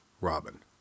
Robin